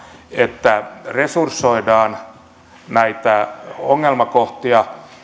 että nimenomaan resursoidaan näitä ongelmakohtia